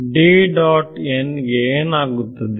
ಗೆ ಏನಾಗುತ್ತದೆ